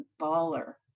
baller